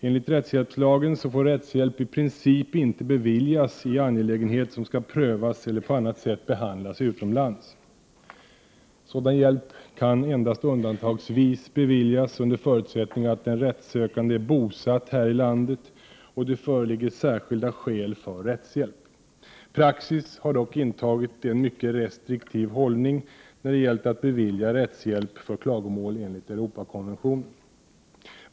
Enligt rättshjälpslagen får rättshjälp i princip inte beviljas i angelägenhet som skall prövas eller på annat sätt behandlas utomlands. Sådan hjälp kan endast undantagsvis beviljas, under förutsättning att den rättssökande är bosatt här i landet och att det föreligger särskilda skäl för rättshjälp. Praxis är dock att man har intagit en mycket restriktiv hållning när det gällt att bevilja rättshjälp för klagomål enligt Europakonventionen.